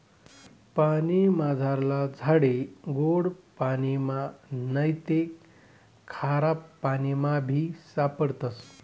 पानीमझारला झाडे गोड पाणिमा नैते खारापाणीमाबी सापडतस